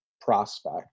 prospect